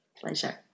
pleasure